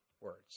words